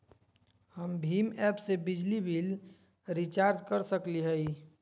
हम भीम ऐप से बिजली बिल रिचार्ज कर सकली हई?